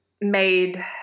made